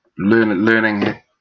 learning